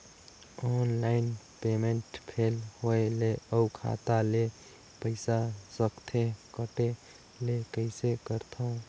Online payment fail होय ले अउ खाता ले पईसा सकथे कटे ले कइसे करथव?